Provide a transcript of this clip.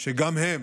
שגם הם